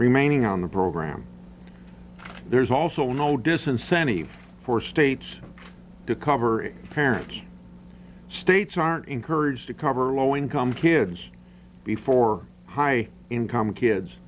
remaining on the program there's also no disincentive for states to cover parents states aren't encouraged to cover low income kids before high income kids